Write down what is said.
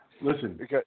Listen